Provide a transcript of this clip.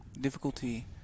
difficulty